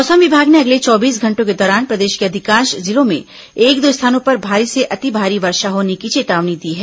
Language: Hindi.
मौसम विभाग ने अगले चौबीस घंटों के दौरान प्रदेश के अधिकांश जिलों में एक दो स्थानों पर भारी से अति भारी वर्षा होने की चेतावनी दी है